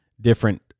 different